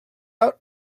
out